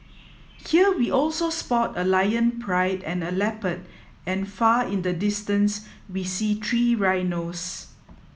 here we also spot a lion pride and a leopard and far in the distance we see three rhinos